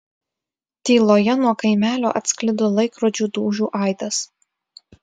tyloje nuo kaimelio atsklido laikrodžio dūžių aidas